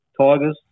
Tigers